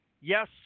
yes